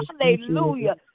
hallelujah